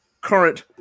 current